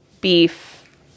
beef